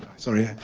sorry.